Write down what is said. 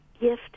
gift